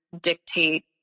dictate